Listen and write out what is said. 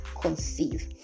conceive